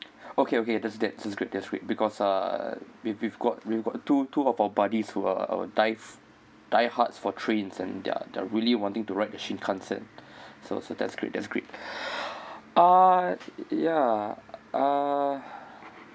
okay okay that's that's great that's great because uh we've we've got we've got two two of our buddies who are our dive die hards for trains and they're they're really wanting to ride the shinkansen so so that's great that's great ah ya uh